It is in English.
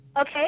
Okay